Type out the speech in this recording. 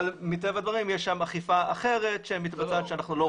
אבל מטבע הדברים יש שם אכיפה אחרת שמתבצעת שאנחנו לא רואים.